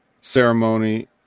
ceremony